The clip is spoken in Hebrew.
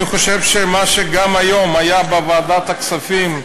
אני חושב שגם מה שהיום היה בוועדת הכספים,